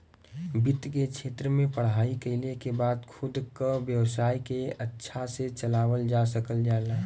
वित्त के क्षेत्र में पढ़ाई कइले के बाद खुद क व्यवसाय के अच्छा से चलावल जा सकल जाला